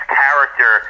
character